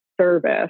service